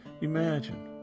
imagine